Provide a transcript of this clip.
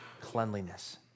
cleanliness